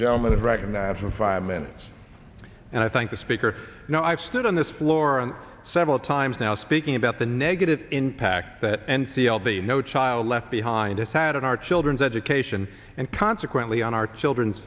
gentleman is recognized for five minutes and i thank the speaker know i've stood on this floor on several times now speaking about the negative impact that n c l b no child left behind us had on our children's education and consequently on our children's